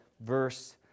verse